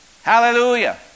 Hallelujah